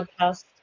podcast